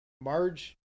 Marge